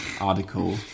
article